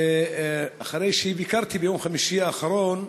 אחרי שביקרתי שם ביום חמישי האחרון.